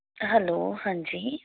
hello ਹਾਂਜੀ